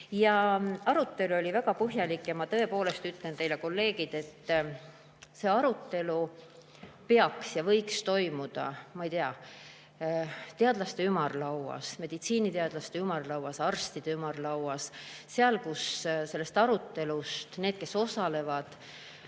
Arutelu oli väga põhjalik. Ma tõepoolest ütlen teile, kolleegid, et see arutelu peaks toimuma ja võiks toimuda, ma ei tea, teadlaste ümarlauas, meditsiiniteadlaste ümarlauas, arstide ümarlauas, seal, kus need, kes selles arutelus osalevad,